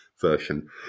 version